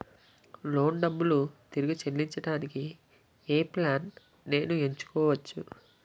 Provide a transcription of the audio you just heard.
Loan డబ్బులు తిరిగి చెల్లించటానికి ఏ ప్లాన్ నేను ఎంచుకోవచ్చు?